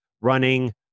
running